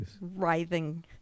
Writhing